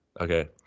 Okay